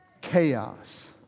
Chaos